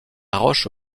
roche